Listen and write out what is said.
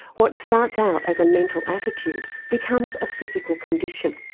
what starts out as a mental attitude becomes a physical condition.